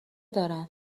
دارن